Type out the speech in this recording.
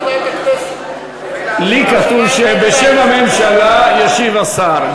לי כתוב שבשם הממשלה ישיב השר.